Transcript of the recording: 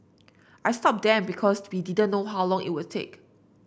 I stopped them because we didn't know how long it would take